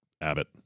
Abbott